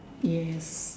yes